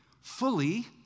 fully